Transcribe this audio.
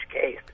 case